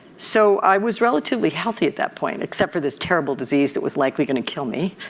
so i was relatively healthy at that point except for this terrible disease that was likely going to kill me.